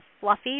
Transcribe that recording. fluffy